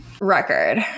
Record